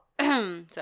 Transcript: Sorry